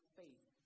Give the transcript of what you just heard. faith